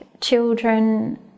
children